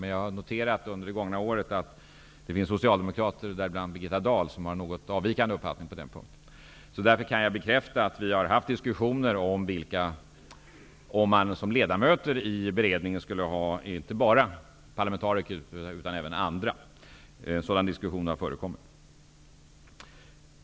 Men jag har under det gångna året noterat att det finns socialdemokrater, däribland Birgitta Dahl, som har en något avvikande uppfattning på den punkten. Därför kan jag bekräfta att vi har haft diskussioner om man som ledamöter i beredningen skulle ha inte bara parlamentariker utan även andra. Sådana diskussioner har förekommit.